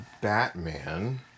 Batman